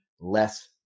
less